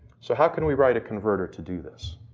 so how can we write a converter to do this?